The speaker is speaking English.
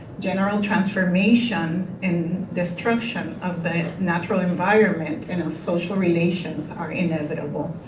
general transformation and destruction of the natural environment and of social relations are inevitable.